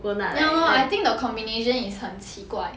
ya lor I think the combination is 很奇怪